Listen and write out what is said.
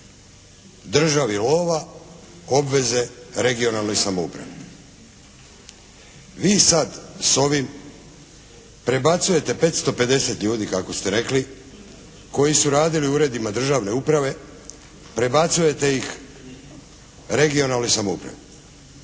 državi lova, obveze regionalnoj samoupravi. Vi sada sa ovim prebacujete 550 ljudi kako ste rekli koji su radili u uredima državne uprave, prebacujete ih regionalnoj samoupravi.